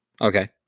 Okay